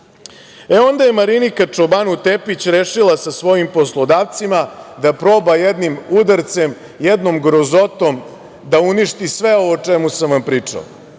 onda je Marinika čobanov Tepić rešila sa svojim poslodavcima da proba da jednim udarcem, jednom grozotom, da uništi sve ovo o čemu sam vam pričao